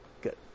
Good